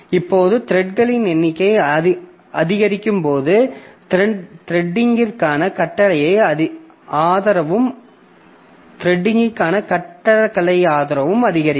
இப்போது த்ரெட்களின் எண்ணிக்கை அதிகரிக்கும்போது த்ரெடிங்கிற்கான கட்டடக்கலை ஆதரவும் அதிகரிக்கும்